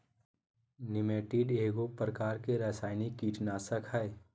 निमेंटीड एगो प्रकार के रासायनिक कीटनाशक हइ